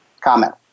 Comment